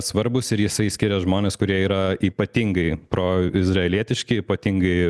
svarbūs ir jisai skiria žmones kurie yra ypatingai proizraelietiški ypatingai